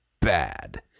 bad